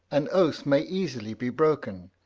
an oath may easily be broken,